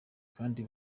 kdi